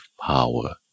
power